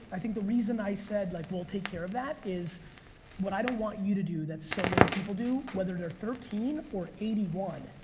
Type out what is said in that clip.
i think the reason i said like we'll take care of that is what i don't want you to do that so many people do whether they're thirteen or eighty one,